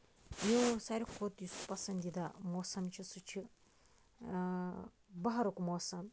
میون ساروی کھۄتہٕ یُس پَسندیٖدہ موسَم چھُ سُہ چھُ بَہارُک موسَم